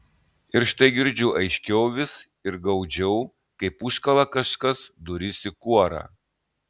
ir štai girdžiu aiškiau vis ir gaudžiau kaip užkala kažkas duris į kuorą